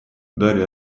дарья